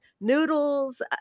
noodles